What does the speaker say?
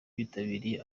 bitabiriye